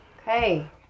Okay